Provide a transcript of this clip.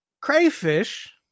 crayfish